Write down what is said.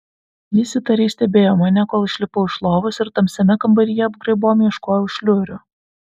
jis įtariai stebėjo mane kol išlipau iš lovos ir tamsiame kambaryje apgraibom ieškojau šliurių